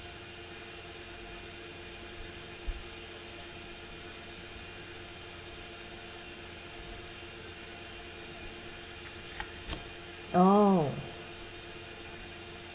oh